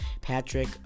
Patrick